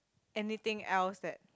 anything else that